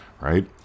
Right